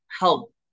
help